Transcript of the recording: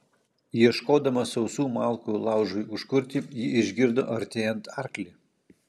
ieškodama sausų malkų laužui užkurti ji išgirdo artėjant arklį